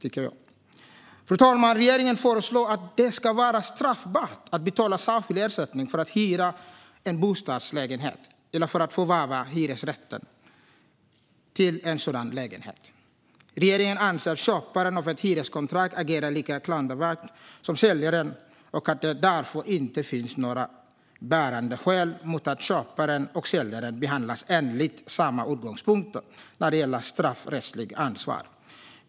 Fru talman! Regeringen föreslår att det ska vara straffbart att betala en särskild ersättning för att hyra en bostadslägenhet eller för att förvärva hyresrätten till en sådan lägenhet. Regeringen anser att köparen av ett hyreskontrakt agerar lika klandervärt som säljaren och att det därför inte finns några bärande skäl mot att köparen och säljaren behandlas enligt samma utgångspunkter när det gäller straffrättsligt ansvar.